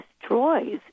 destroys